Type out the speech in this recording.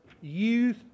youth